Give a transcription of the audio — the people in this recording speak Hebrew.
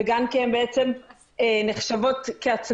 וגם כי הן נחשבות כעצמאיות,